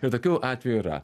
ir tokių atvejų yra